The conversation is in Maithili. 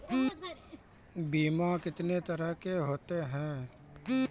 बीमा कितने तरह के होते हैं?